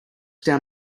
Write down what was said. down